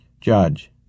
Judge